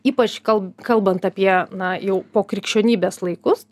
ypač kal kalbant apie na jau po krikščionybės laikus